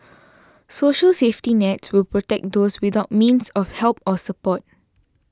social safety nets will protect those without means of help or support